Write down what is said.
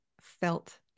felt